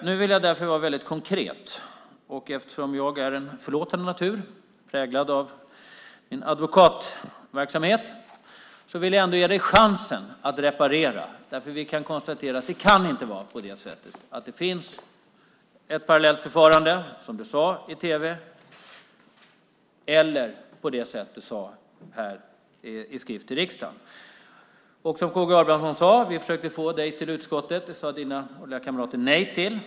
Nu vill jag därför vara väldigt konkret. Eftersom jag är en förlåtande natur, präglad av min advokatverksamhet, vill jag ändå ge dig chansen att reparera. Vi kan konstatera att det inte kan vara på det sättet att det finns ett parallellt förfaranden, dels det du sade i tv, dels det som skrev om till riksdagen. Som K G Abramsson sade försökte vi få dig till utskottet, men det sade dina kamrater nej till.